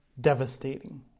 devastating